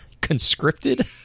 conscripted